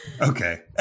okay